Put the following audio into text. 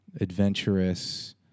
Adventurous